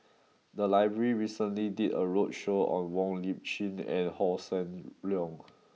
the library recently did a roadshow on Wong Lip Chin and Hossan Leong